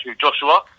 Joshua